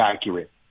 accurate